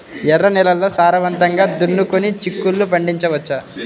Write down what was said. ఎర్ర నేలల్లో సారవంతంగా దున్నుకొని చిక్కుళ్ళు పండించవచ్చు